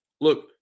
look